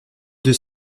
deux